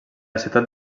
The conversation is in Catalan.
ciutat